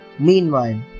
Meanwhile